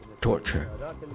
torture